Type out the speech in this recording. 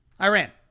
Iran